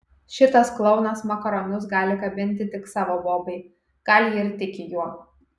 šitas klounas makaronus gali kabinti tik savo bobai gal ji ir tiki juo